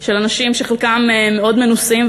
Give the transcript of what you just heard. של אנשים שחלקם מאוד מנוסים,